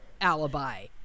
alibi